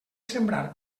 sembrar